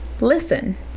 listen